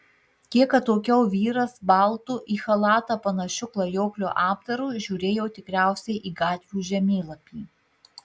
kiek atokiau vyras baltu į chalatą panašiu klajoklio apdaru žiūrėjo tikriausiai į gatvių žemėlapį